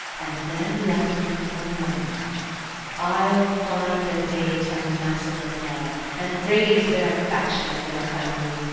and then let me alone i'll find a day to massacre them all, and raze their faction and their family,